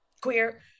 Queer